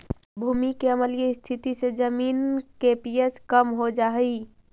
भूमि के अम्लीय स्थिति से जमीन के पी.एच कम हो जा हई